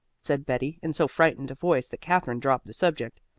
said betty in so frightened a voice that katherine dropped the subject.